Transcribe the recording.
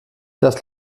das